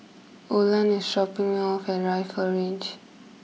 Olan is dropping me off at Rifle Range